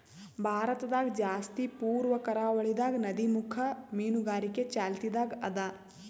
ಭಾರತದಾಗ್ ಜಾಸ್ತಿ ಪೂರ್ವ ಕರಾವಳಿದಾಗ್ ನದಿಮುಖ ಮೀನುಗಾರಿಕೆ ಚಾಲ್ತಿದಾಗ್ ಅದಾ